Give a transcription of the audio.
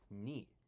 neat